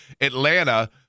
Atlanta